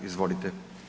Izvolite.